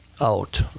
out